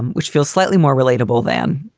which feels slightly more relatable than,